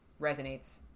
resonates